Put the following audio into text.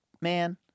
Man